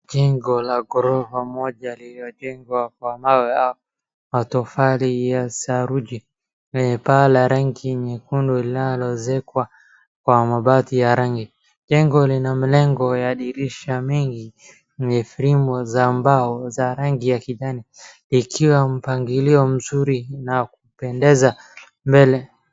Jengo la ghorofa moja lililojengwa kwa mawe au matofali ya saruji, lenye paa la rangi nyekundu linalozekwa kwa mabati ya rangi. Jengo lina mlango ya dirisha mengi yenye fremu za mbao za rangi ya kijani ikiwa mpangilio mzuri na kupendeza mbele.